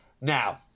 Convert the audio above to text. Now